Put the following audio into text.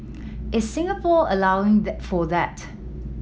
is Singapore allowing for that